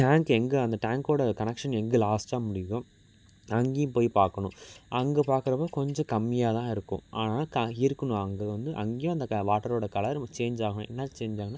tank எங்கே அந்த டேங்க்கோட கனெக்ஷன் எங்கே லாஸ்ட்டாக முடியுதோ அங்கேயும் போய் பார்க்கணும் அங்கே பாக்கிறப்ப கொஞ்சம் கம்மியாக தான் இருக்கும் ஆனால் இருக்கணும் அங்கே வந்து அங்கேயும் அந்த வாட்டரோட கலர் சேஞ்ச் ஆகும் என்ன சேஞ்ச் ஆகும்னா